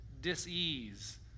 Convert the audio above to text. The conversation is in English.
dis-ease